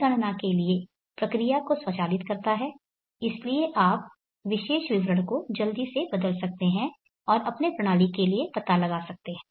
यह गणना के लिए प्रक्रिया को स्वचालित करता है इसलिए आप विशेष विवरण को जल्दी से बदल सकते हैं और अपने प्रणाली के लिए पता लगा सकते हैं